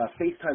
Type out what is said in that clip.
FaceTime